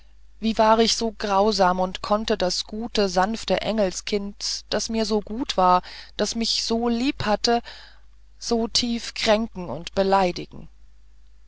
wie war ich so grausam und konnte das gute sanfte engelskind das mir so gut war das mich so lieb hatte so tief kränken und beleidigen